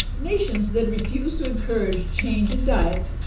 nations that refuse to encourage change in diet,